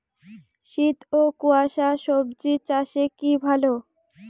শীত ও কুয়াশা স্বজি চাষে কি ভালো?